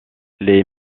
les